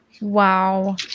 Wow